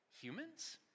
humans